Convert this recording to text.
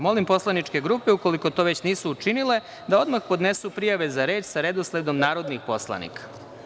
Molim poslaničke grupe, ukoliko to već nisu učinile, da odmah podnesu prijave za reč sa redosledom narodnih poslanika.